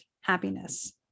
happiness